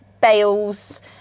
bales